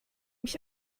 mich